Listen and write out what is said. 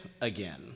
again